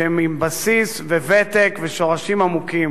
שהן עם בסיס וותק ושורשים עמוקים.